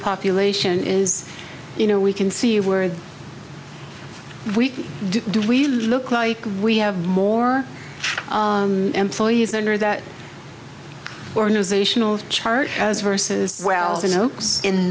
population is you know we can see where we do we look like we have more employees there that organizational chart as versus wells you know in